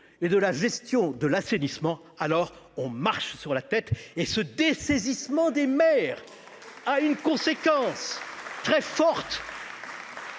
et la gestion de l'assainissement, on marche sur la tête ! Ce dessaisissement des maires a une conséquence immédiate